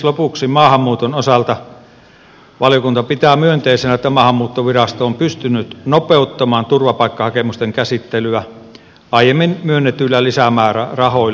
lopuksi maahanmuuton osalta valiokunta pitää myönteisenä että maahanmuuttovirasto on pystynyt nopeuttamaan turvapaikkahakemusten käsittelyä aiemmin myönnetyillä lisämäärärahoilla